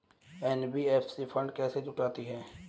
NBFC fund कैसे जुटाती है?